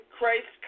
Christ